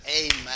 Amen